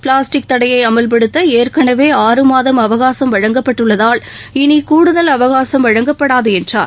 plastic தடையை அமவ்படுத்த ஏற்கனவே ஆறு மாதம் அவகாசம் வழங்கப்பட்டுள்ளதால் இனி கூடுதல் அவகாசம் வழங்கப்படாது என்றார்